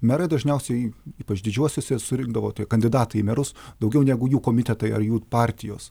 merai dažniausiai ypač didžiuosiuose surinkdavo tie kandidatai į merus daugiau negu jų komitetai ar jų partijos